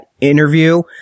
interview